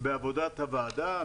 בעבודת הוועדה.